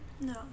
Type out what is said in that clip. No